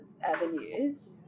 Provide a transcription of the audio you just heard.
avenues